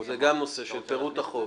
זה גם נושא, פירוט החוב.